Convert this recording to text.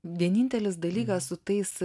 vienintelis dalykas su tais